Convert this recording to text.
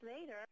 later